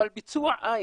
אבל ביצוע אין.